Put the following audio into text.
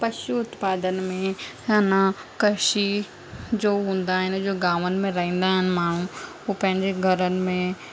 पशू उत्पादन में हेना कृषि जो हूंदा आहिनि जो गांवनि में रहींदा आहिनि माण्हूं हू पंहिंजे घरनि में